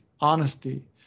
honesty